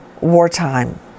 wartime